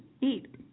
Eat